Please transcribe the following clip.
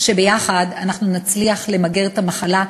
שביחד נצליח למגר את המחלה,